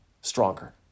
stronger